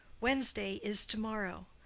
wednesday is to-morrow.